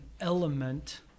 element